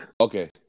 Okay